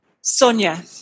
Sonia